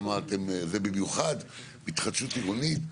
במיוחד בהתחדשות עירונית.